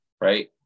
right